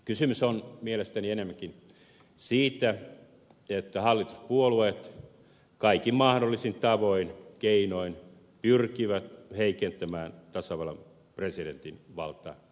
kysymys on mielestäni enemmänkin siitä että hallituspuolueet kaikin mahdollisin tavoin keinoin pyrkivät heikentämään tasavallan presidentin valtaoikeuksia